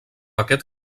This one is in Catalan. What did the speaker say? aquest